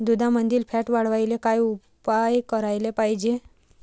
दुधामंदील फॅट वाढवायले काय काय उपाय करायले पाहिजे?